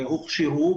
שהוכשרו,